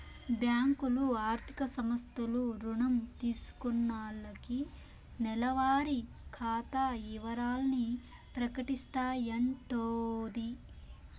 బ్యాంకులు, ఆర్థిక సంస్థలు రుణం తీసుకున్నాల్లకి నెలవారి ఖాతా ఇవరాల్ని ప్రకటిస్తాయంటోది